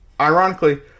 Ironically